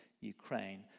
Ukraine